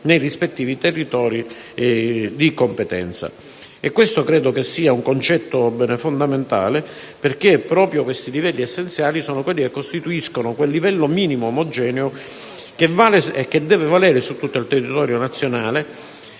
nei rispettivi territori di competenza. Credo che questo sia un concetto fondamentale, perché proprio questi livelli essenziali costituiscono quel livello minimo omogeneo che deve valere su tutto il territorio nazionale